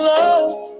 love